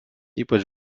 ypač